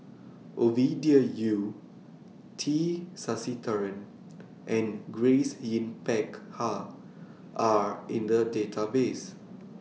Ovidia Yu T Sasitharan and Grace Yin Peck Ha Are in The Database